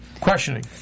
questioning